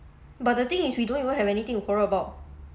but the thing is we don't even have anything to quarrel about